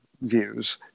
views